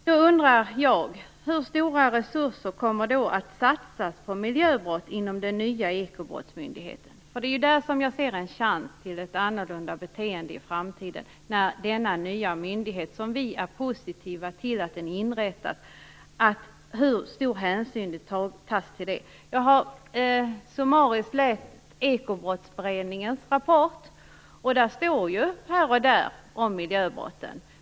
Då undrar jag: Hur stora resurser kommer att satsas på miljöbrott inom den nya ekobrottsmyndigheten? Det är där som jag ser en chans till ett annorlunda beteende i framtiden. Vi är positiva till att denna nya myndighet inrättas. Jag har summariskt läst Ekobrottsberedningens rapport. Där står här och där om miljöbrotten.